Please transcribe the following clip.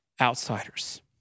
outsiders